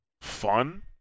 fun